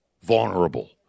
vulnerable